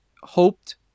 hoped